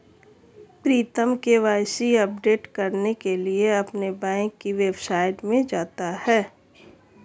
प्रीतम KYC update करने के लिए अपने बैंक की वेबसाइट में जाता है